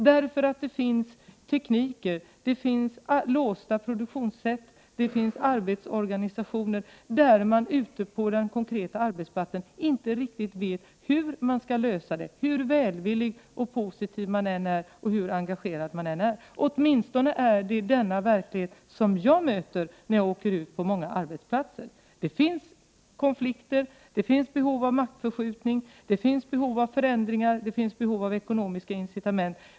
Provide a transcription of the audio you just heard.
Det finns nämligen tekniker, låsta produktionssätt och arbetsorganisationer där man ute på arbetsplatserna inte vet hur man skall lösa problemen, och detta gäller som sagt hur välvillig man än är, hur engagerad man än är. Detta är åtminstone den verklighet jag möter när jag kommer ut på olika arbetsplatser. Det finns konflikter, det finns behov av maktförskjutning, det finns behov av förändringar, det finns behov av ekonomiska incitament.